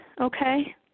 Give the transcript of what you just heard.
okay